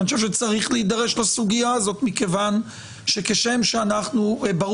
ואני חושב שצריך להידרש לסוגיה הזאת מכיוון שכשם שברור